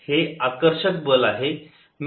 हे आकर्षक बल आहे